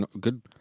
good